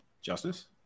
Justice